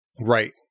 Right